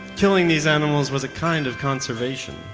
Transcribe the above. killing these animals was a kind of conservation.